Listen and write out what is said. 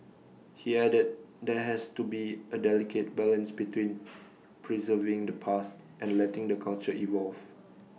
he added there has to be A delicate balance between preserving the past and letting the culture evolve